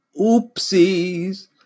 Oopsies